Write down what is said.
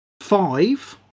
five